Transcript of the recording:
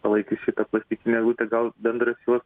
palaikys šitą plastinkinę eglutę gal bendras jos